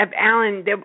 Alan